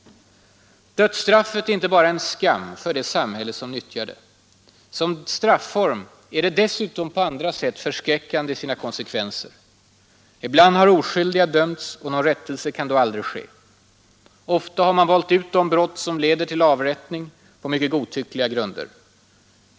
Dödsstraffet är inte bara en skam för det samhälle som nyttjar det. Som strafform är det dessutom på andra sätt förskräckande i sina konsekvenser. Ibland har oskyldiga dömts, och någon rättelse kan då aldrig ske. Ofta har man valt ut de brott som leder till avrättning på godtyckliga grunder.